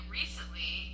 recently